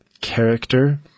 character